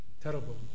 terrible